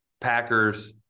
Packers